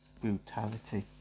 brutality